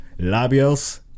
labios